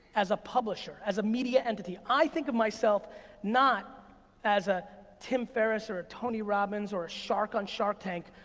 as a publisher, as a media entity, i think of myself not as a tim ferris or a tony robbins or a shark on shark tank,